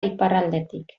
iparraldetik